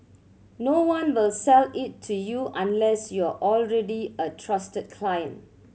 no one will sell it to you unless you're already a trusted client